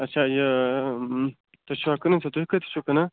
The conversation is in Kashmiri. اچھا یہِ تُہۍ چھُوا کٕنان سۄ تُہۍ کۭتِس چھو کٕنان